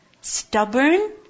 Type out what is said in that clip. Stubborn